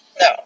No